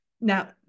Now